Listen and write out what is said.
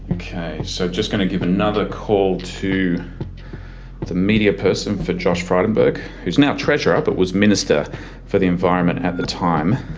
okay, so i'm just going to give another call to the media person for josh frydenberg, who's now treasurer but was minister for the environment at the time.